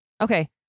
Okay